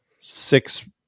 six